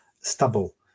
stubble